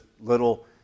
little